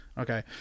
Okay